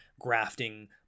grafting